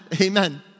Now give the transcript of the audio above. Amen